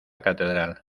catedral